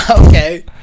Okay